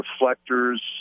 reflectors